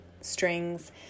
strings